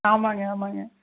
ஆமாம்ங்க ஆமாம்ங்க